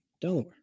Delaware